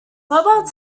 mobile